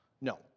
No